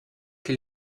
che